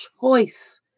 choice